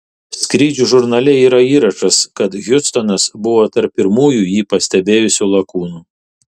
skrydžių žurnale yra įrašas kad hiustonas buvo tarp pirmųjų jį pastebėjusių lakūnų